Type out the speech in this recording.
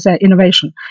innovation